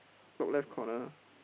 top left corner